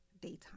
daytime